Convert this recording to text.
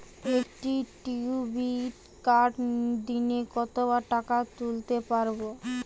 একটি ডেবিটকার্ড দিনে কতবার টাকা তুলতে পারব?